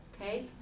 Okay